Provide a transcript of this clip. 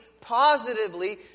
positively